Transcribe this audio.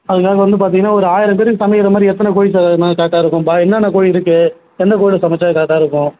அதுக்காக வந்து பார்த்தீங்கன்னா ஒரு ஆயிரம் பேருக்கு சமைக்கிற மாதிரி எத்தனை கோழி சார் வாங்கினா கரெக்டாக இருக்கும் இப்போ என்னென்ன கோழி இருக்குது எந்த கோழியில் சமைத்தா கரெக்டாக இருக்கும்